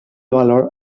valor